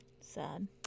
Sad